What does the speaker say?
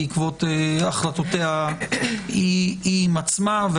בעקבות החלטותיה היא עם עצמה.